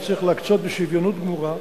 שצריך להקצות בשוויוניות גמורה,